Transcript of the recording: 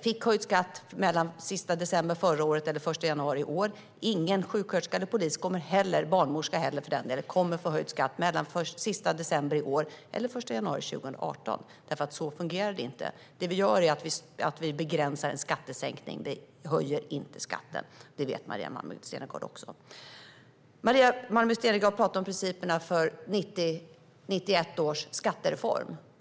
fick höjd skatt mellan sista december förra året och den 1 januari i år, och ingen sjuksköterska, polis eller barnmorska kommer heller att få höjd skatt mellan den sista december i år och den 1 januari 2018. Det fungerar nämligen inte så. Det vi gör är att vi begränsar en skattesänkning. Vi höjer inte skatten. Detta vet Maria Malmer Stenergard. Maria Malmer Stenergard talar om principerna för 1990-91 års skattereform.